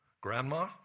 grandma